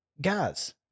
guys